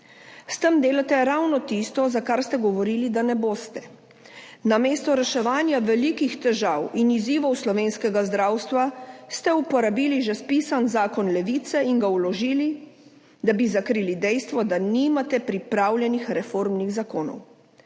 S tem delate ravno tisto, za kar ste govorili, da ne boste. Namesto reševanja velikih težav in izzivov slovenskega zdravstva ste uporabili že spisan zakon Levice in ga vložili, da bi zakrili dejstvo, da nimate pripravljenih reformnih zakonov